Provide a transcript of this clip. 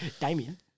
Damien